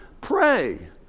Pray